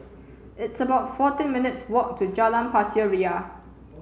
it's about fourteen minutes' walk to Jalan Pasir Ria